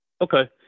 Okay